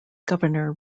governor